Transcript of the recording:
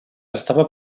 estava